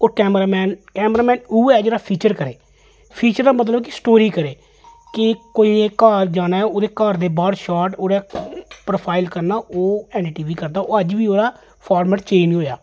होर camera man camera man उ'ऐ जेह्ड़ी फीचर करै फीचर दा मतलब कि स्टोरी करै के कोई इक घर जाने ऐ ओह्दे घर दे बाह्र शार्ट ओह्दे प्रोफाइल करना ओह् एन डी टी वी करदा ओह् अज्ज बी ओह्दा फार्मट चेंज नेईं होएआ